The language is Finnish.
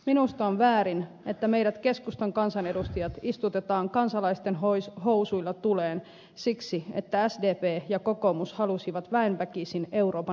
minusta on väärin että meidät keskustan kansanedustajat istutetaan kansalaisten housuilla tuleen siksi että sdp ja kokoomus halusivat väen väkisin euroopan ytimiin